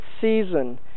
season